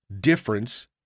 difference